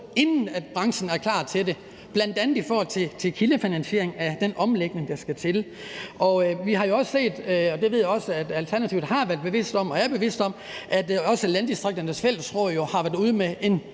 inden branchen er klar til det, bl.a. i forhold til kildefinansiering af den omlægning, der skal til. Vi har jo også set – og det ved jeg også at Alternativet har været bevidst om og er bevidst om – at Landdistrikternes Fællesråd har været ude med en